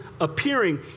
appearing